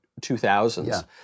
2000s